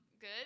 good